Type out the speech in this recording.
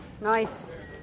Nice